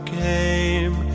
came